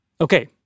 Okay